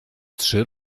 trzy